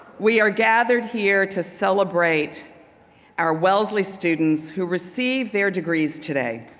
we are gathered here to celebrate our wellesley students who receive their degrees today.